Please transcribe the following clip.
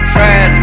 Trash